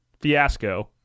fiasco